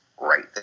right